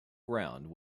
ground